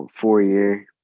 four-year